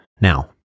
now